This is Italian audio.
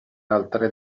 altre